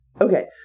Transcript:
Okay